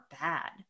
bad